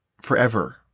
forever